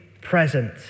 present